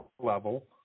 level